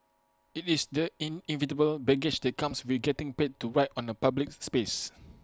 IT is the inevitable baggage that comes with getting paid to write on A public space